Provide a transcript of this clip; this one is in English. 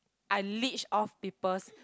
I leech off people's